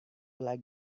like